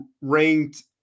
ranked